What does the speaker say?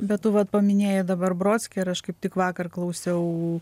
bet tu vat paminėjai dabar brockį ir aš kaip tik vakar klausiau